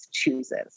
chooses